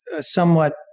somewhat